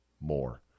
more